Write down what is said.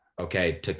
okay